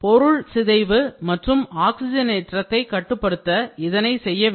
பொருள் சிதைவு மற்றும் ஆக்ஸிஜனேற்றத்தை கட்டுப்படுத்த இதனை செய்ய வேண்டும்